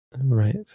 right